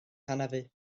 hanafu